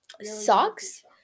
socks